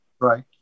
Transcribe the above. Right